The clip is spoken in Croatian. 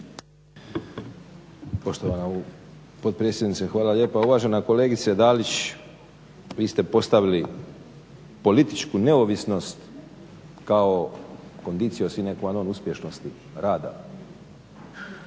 Poštovana potpredsjednice hvala lijepa. Uvažena kolegice Dalić, vi ste postavili političku neovisnost kao conditio sine quanon uspješnosti rada